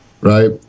right